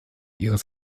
ihres